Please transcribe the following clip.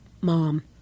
mom